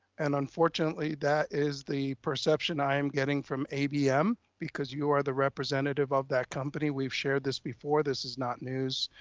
and unfortunately that is the perception i am getting from abm because you are the representative of that company. we've shared this before, this is not news.